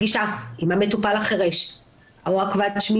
כולל אישור שר הבריאות ושר האוצר וב-2016 פרק אחד